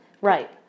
Right